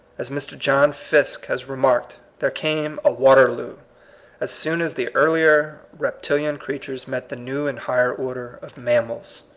as mr. john fiske has remarked, there came a waterloo as soon as the earlier reptil ian creatures met the new and higher order of mammals.